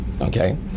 okay